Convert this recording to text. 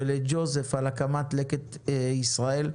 לג'וזף על הקמת לקט ישראל,